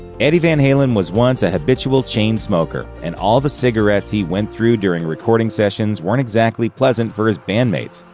eddie van halen was once a habitual chain smoker, and all the cigarettes he went through during recording sessions weren't exactly pleasant for his bandmates.